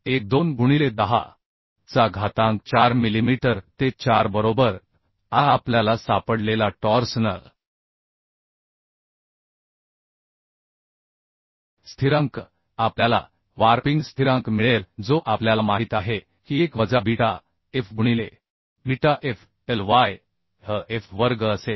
12 गुणिले 10 चा घातांक 4 मिलीमीटर ते 4 बरोबर तर आता आपल्याला सापडलेला टॉर्सनल स्थिरांक आपल्याला वार्पिंग स्थिरांक मिळेल जो आपल्याला माहित आहे की 1 वजा बीटा f गुणिले बीटा fIyhf वर्ग असेल